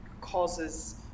causes